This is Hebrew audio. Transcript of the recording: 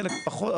חלק פחות,